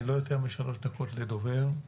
לא יותר משלוש דקות לדובר.